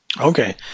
Okay